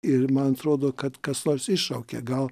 ir man atrodo kad kas nors iššaukė gal